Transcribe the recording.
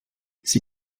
sie